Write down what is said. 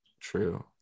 True